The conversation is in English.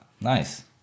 Nice